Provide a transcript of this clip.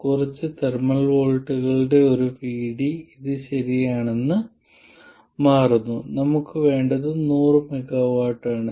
കുറച്ച് തെർമൽ വോൾട്ടേജുകളുടെ ഒരു VD ഇത് ശരിയാണെന്ന് മാറുന്നു നമുക്ക് വേണ്ടത് 100mV ആണ്